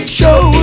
show